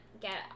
get